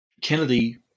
Kennedy